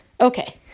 okay